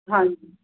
ਹਾਂਜੀ